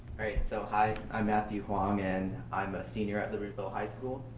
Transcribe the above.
so hi, i'm matthew wong and i'm a senior at libertyville high school.